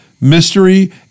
mystery